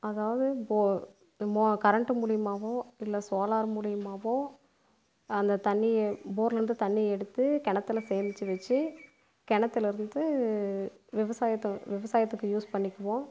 அதாவது போ மோ கரண்ட்டு மூலியமாகவோ இல்லை சோலார் மூலியமாகவோ அந்த தண்ணியை போர்லேருந்து தண்ணியை எடுத்து கிணத்துல சேமிச்சு வச்சு கிணத்துலருந்து விவசாயத்தை விவசாயத்துக்கு யூஸ் பண்ணிக்குவோம்